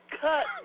cut